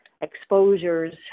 exposures